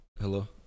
Hello